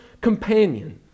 companion